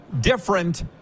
different